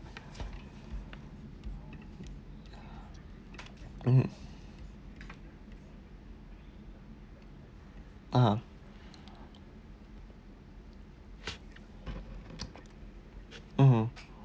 mm (uh huh) mmhmm